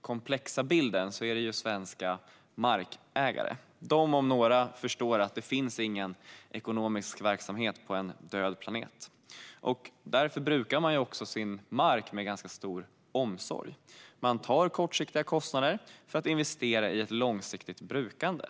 komplexa bilden är det svenska markägare. De, om några, förstår att det inte finns en ekonomisk verksamhet på en död planet. Därför brukar man också sin mark med stor omsorg. Man tar kortsiktiga kostnader för att investera i ett långsiktigt brukande.